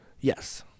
Yes